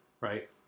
right